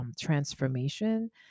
transformation